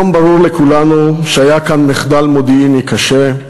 היום ברור לכולנו שהיה כאן מחדל מודיעיני קשה,